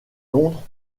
londres